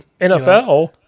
NFL